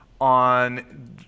on